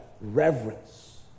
reverence